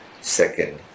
second